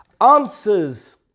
Answers